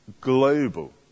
global